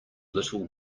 little